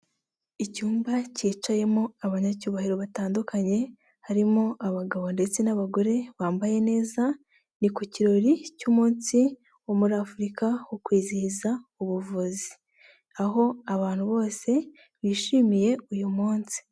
Icyumba cyicayemo abanyacyubahiro batandukanye harimo abagabo ndetse n'abagore bambaye neza. Ni ku kirori cy'umunsi wo muri Afurika wo kwizihiza ubuvuzi. Aho abantu bose bishimiye uyu munsi.